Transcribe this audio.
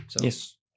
Yes